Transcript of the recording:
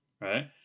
right